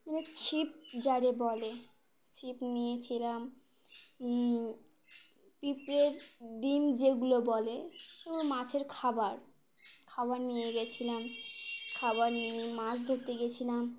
মানে ছিপ যারে বলে ছিপ নিয়েছিলাম পিঁপড়ের ডিম যেগুলো বলে সেগুলো মাছের খাবার খাবার নিয়ে গিয়েছিলাম খাবার নিয়ে মাছ ধরতে গিয়েছিলাম